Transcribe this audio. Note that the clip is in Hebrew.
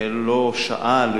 לא שאל,